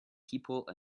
people